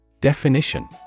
Definition